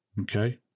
Okay